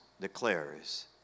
declares